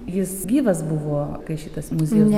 jis gyvas buvo kai šitas muziejus